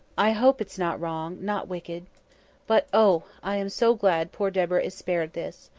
i hope it's not wrong not wicked but, oh! i am so glad poor deborah is spared this.